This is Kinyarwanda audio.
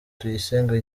tuyisenge